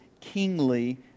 kingly